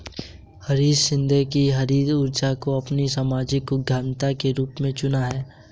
हरीश शिंदे ने हरित ऊर्जा को अपनी सामाजिक उद्यमिता के रूप में चुना है